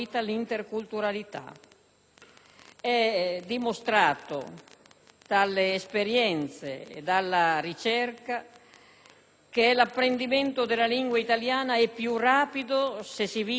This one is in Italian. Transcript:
È dimostrato dalle esperienze e dalla ricerca che l'apprendimento della lingua italiana è più rapido se si vive insieme nello scambio.